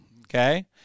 Okay